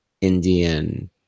Indian